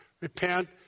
repent